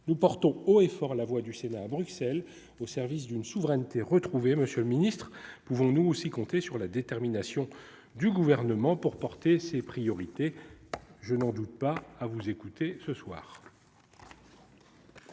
nous portons haut et fort la voix du Sénat à Bruxelles au service d'une souveraineté retrouvée, Monsieur le Ministre, pouvons-nous aussi compter sur la détermination du gouvernement pour porter ses priorités, je n'en doute pas, à vous écouter ce soir.